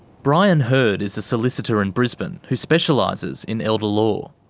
brian herd is a solicitor in brisbane who specialises in elder law.